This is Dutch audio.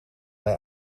hij